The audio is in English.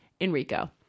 Enrico